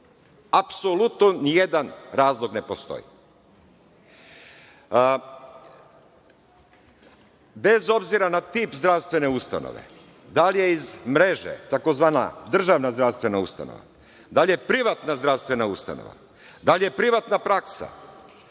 Apsolutno ni jedan razlog ne postoji. Bez obzira na tip zdravstvene ustanove, da li je iz mreže, tzv. državna zdravstvena ustanova, da li je privatna zdravstvena ustanova, da li je privatna praksa,